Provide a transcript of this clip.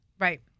Right